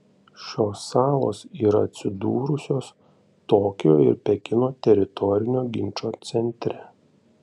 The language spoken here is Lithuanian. šios salos yra atsidūrusios tokijo ir pekino teritorinio ginčo centre